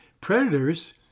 predators